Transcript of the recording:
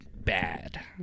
bad